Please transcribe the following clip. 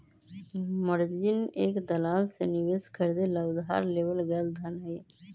margin एक दलाल से निवेश खरीदे ला उधार लेवल गैल धन हई